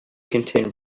contain